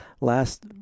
Last